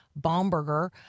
Bomberger